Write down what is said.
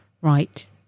right